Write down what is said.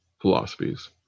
philosophies